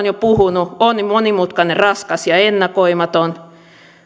jo puhunut on monimutkainen raskas ja ennakoimaton